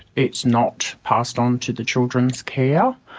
it's not passed on to the children's care.